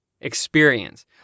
experience